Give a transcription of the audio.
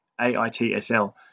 AITSL